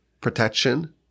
protection